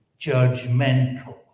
judgmental